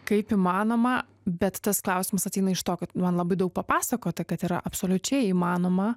kaip įmanoma bet tas klausimas ateina iš to kad nu man labai daug papasakota kad yra absoliučiai įmanoma